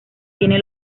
tiene